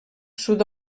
sud